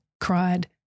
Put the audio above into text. cried